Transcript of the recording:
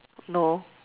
no